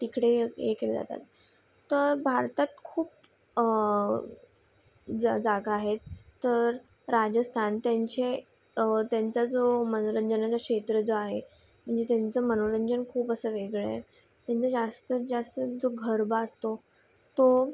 तिकडे हे केले जातात तर भारतात खूप जा जागा आहेत तर राजस्थान त्यांचे त्यांचा जो मनोरंजनाचा क्षेत्र जो आहे म्हणजे त्यांचं मनोरंजन खूप असं वेगळं आहे त्यांचं जास्तीत जास्त जो गरबा असतो तो